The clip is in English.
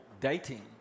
dating